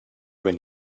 when